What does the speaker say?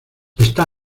está